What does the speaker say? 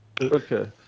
Okay